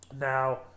Now